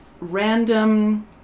random